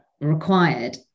required